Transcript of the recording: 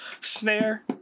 snare